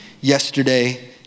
yesterday